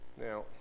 Now